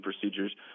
procedures